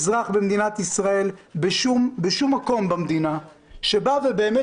אזרח במדינת ישראל בשום מקום במדינה שבא ובאמת